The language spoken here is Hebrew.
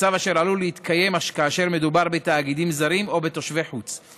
מצב אשר עלול להתקיים כאשר מדובר בתאגידים זרים או בתושבי חוץ.